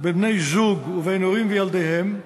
בין בני-זוג ובין הורים וילדיהם,